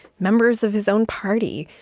members of his own party,